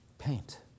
Paint